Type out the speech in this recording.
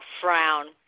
frown